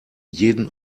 jeden